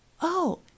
Oh